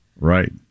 Right